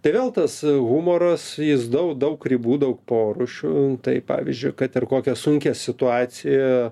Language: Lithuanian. tai vėl tas humoras jis dau daug ribų daug porūšių tai pavyzdžiui kad ir kokią sunkią situaciją